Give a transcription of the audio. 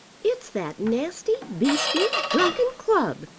it's that nasty, beastly, drunken club,